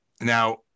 Now